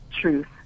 truth